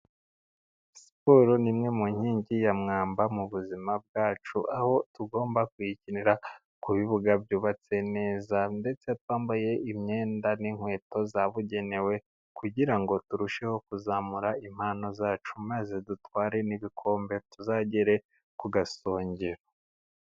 Siporo ni imwe mu nkingi ya mwamba mu buzima bwacu, aho tugomba kuyikinira ku bibuga byubatse neza, ndetse twambaye imyenda n'inkweto zabugenewe kugira ngo turusheho kuzamura impano zacu, maze dutware n'ibikombe tuzagere ku gasongero.